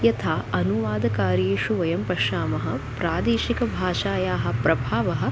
यथा अनुवादकार्येषु वयं पश्यामः प्रादेशिकभाषायाः प्रभावः